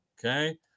Okay